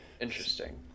interesting